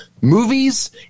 movies